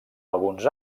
alguns